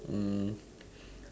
um